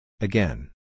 Again